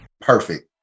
perfect